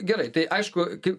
gerai tai aišku kaip